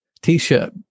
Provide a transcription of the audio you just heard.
T-shirt